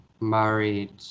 married